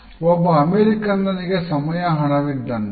ಒಬ್ಬ ಅಮೆರಿಕನ್ನನಿಗೆ ಸಮಯ ಹಣ ವಿದ್ದಂತೆ